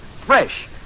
fresh